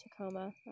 Tacoma